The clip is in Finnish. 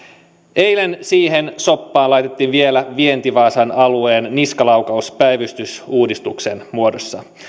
eilen siihen soppaan laitettiin vielä vienti vaasan alueen niskalaukaus päivystysuudistuksen muodossa